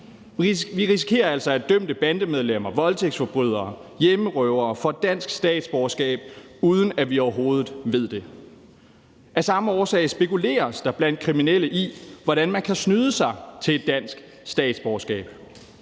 Vi risikerer altså, at dømte bandemedlemmer, voldtægtsforbrydere og hjemmerøvere får dansk statsborgerskab, uden at vi overhovedet ved det. Af samme årsag spekuleres der blandt kriminelle i, hvordan man kan snyde sig til et dansk statsborgerskab.